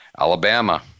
Alabama